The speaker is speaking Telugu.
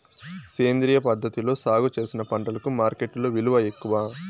సేంద్రియ పద్ధతిలో సాగు చేసిన పంటలకు మార్కెట్టులో విలువ ఎక్కువ